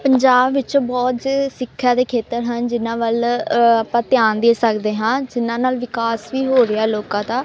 ਪੰਜਾਬ ਵਿੱਚ ਬਹੁਤ ਜ ਸਿੱਖਿਆ ਦੇ ਖੇਤਰ ਹਨ ਜਿਨ੍ਹਾਂ ਵੱਲ ਆਪਾਂ ਧਿਆਨ ਦੇ ਸਕਦੇ ਹਾਂ ਜਿਨ੍ਹਾਂ ਨਾਲ ਵਿਕਾਸ ਵੀ ਹੋ ਰਿਹਾ ਲੋਕਾਂ ਦਾ